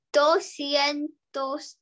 doscientos